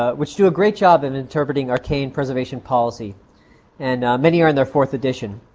ah which do a great job in interpreting arcane preservation policy and many are in their fourth edition